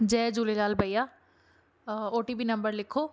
जय झूलेलाल भैया O T P number लिखो